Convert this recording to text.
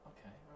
Okay